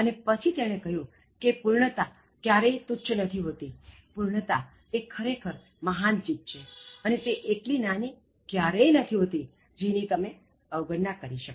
અને પછી તેણે કહ્યુંકે પૂર્ણતા ક્યારેય તુચ્છ નથી હોતી પૂર્ણતા એ ખરેખર મહાન ચીજ છે ને તે એટલી નાની ક્યારેય નથી હોતી જેની તમે અવગણના કરી શકો